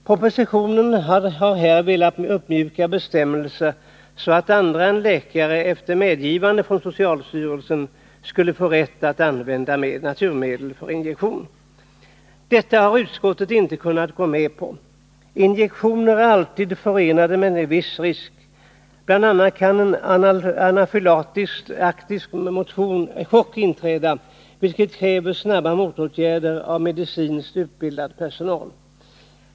Propositionen har här velat uppmjuka bestämmelserna, så att andra än läkare — efter medgivande från socialstyrelsen — skulle få rätt att använda naturmedel för injektion. Detta har utskottet inte kunnat gå med på. Injicering är alltid förenad med en viss risk. Bl. a. kan en anafylaktisk chock inträda, vilket kräver snabba motåtgärder av medicinskt utbildad personal.